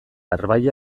arbailla